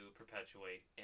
perpetuate